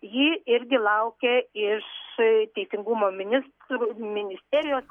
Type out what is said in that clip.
ji irgi laukia ir iš teisingumo ministr ministerijos